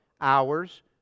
hours